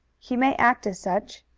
he may act as such.